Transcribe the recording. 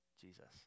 Jesus